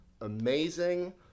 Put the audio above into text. amazing